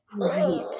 Right